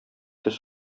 тез